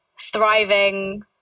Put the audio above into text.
thriving